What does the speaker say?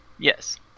Yes